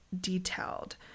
detailed